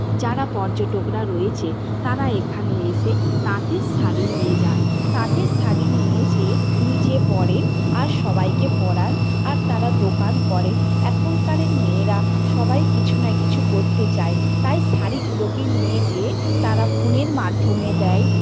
যারা পর্যটকরা রয়েছে তারা এখানে এসে তাঁতের শাড়ি নিয়ে যান তাঁতের শাড়ি নিয়ে যেয়ে নিজে পরেন আর সবাইকে পরান আর তারা দোকান করেন এখনকারের মেয়েরা সবাই কিছু না কিছু করতে চায় তাই শাড়িগুলোকে নিয়ে যেয়ে তারা ফোনের মাধ্যমে দেয়